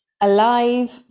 alive